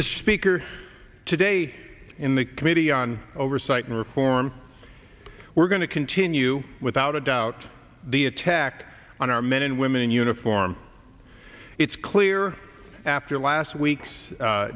the shaker today in the committee on oversight and reform we're going to continue without a doubt the attack on our men and women in uniform it's clear after last week's